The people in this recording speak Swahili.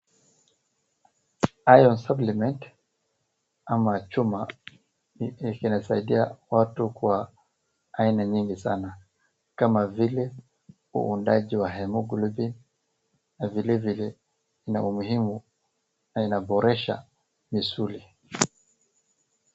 cs[iron supplement]cs ama chuma, inasaidia watu kwa aiana nyingi sana kama vile, uundaji wa cs [haemoglobin]cs na vilevile ina umuhimu na inaboresha misuli.